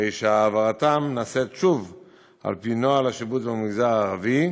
הרי שהעברתם נעשית שוב על פי נוהל השיבוץ במגזר הערבי,